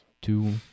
Two